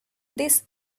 this